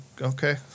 Okay